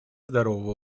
здорового